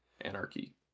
Anarchy